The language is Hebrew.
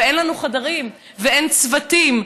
ואין לנו חדרים ואין צוותים.